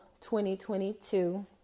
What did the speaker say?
2022